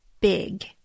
big